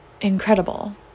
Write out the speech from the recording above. incredible